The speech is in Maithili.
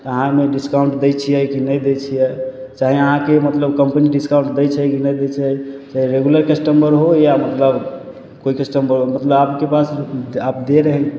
तऽ अहाँ ओइमे डिस्काउन्ट दै छियै कि नहि दै छियै चाहे अहाँके मतलब कम्पनी डिस्काउन्ट दै छै कि नहि दै छै चाहे रेगुलर कस्टमर हो या मतलब कोइ कस्टमर हो मतलब अपके पास आप दे रहे